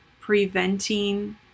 preventing